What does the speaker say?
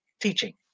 teaching